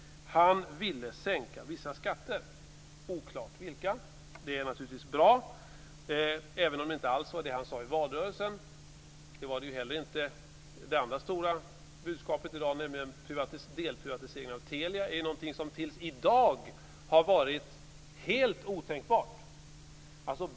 Han ville sänka vissa skatter, men det är oklart vilka. Det är naturligtvis bra, även om det inte alls var det han sade i valrörelsen. Det gäller ju inte heller det andra stora budskapet i dag, nämligen delprivatiseringen av Telia. Det är någonting som tills i dag har varit helt otänkbart.